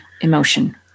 emotion